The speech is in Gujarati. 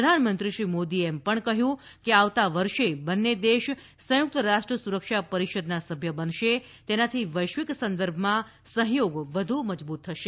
પ્રધાનમંત્રીશ્રી મોદીએ કહ્યું કે આવતા વર્ષે બંન્ને દેશ સંયુક્ત રાષ્ટ્ર સુરક્ષા પરિષદના સભ્ય બનશે તેનાથી વૈશ્વિક સંદર્ભમાં સહ્યોગ વધુ મજબૂત થશે